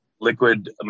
liquid